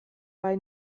bei